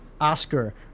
Oscar